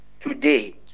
today